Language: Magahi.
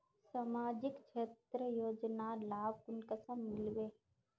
सामाजिक क्षेत्र योजनार लाभ कुंसम मिलबे?